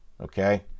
okay